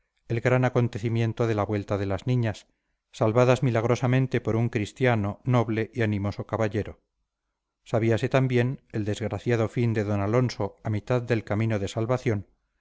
el gran acontecimiento de la vuelta de las niñas salvadas milagrosamente por un cristiano noble y animoso caballero sabíase también el desgraciado fin de d alonso a mitad del camino de salvación